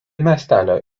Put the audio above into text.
miestelio